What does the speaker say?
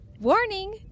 Warning